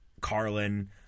Carlin